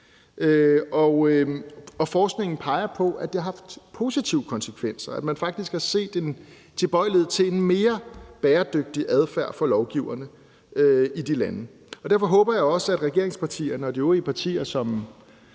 forskningen peger på, at det har haft positive konsekvenser, og at man faktisk har set en tilbøjelighed til en mere bæredygtig adfærd for lovgiverne i de lande. Derfor håber jeg også, at regeringspartierne og de øvrige partier,